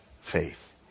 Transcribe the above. faith